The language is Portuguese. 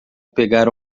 pegar